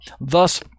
Thus